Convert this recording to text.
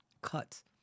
Cuts